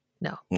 no